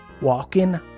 walking